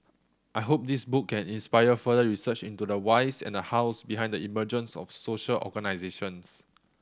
I hope this book can inspire further research into the whys and the hows behind the emergence of social organisations